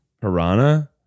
piranha